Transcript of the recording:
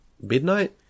midnight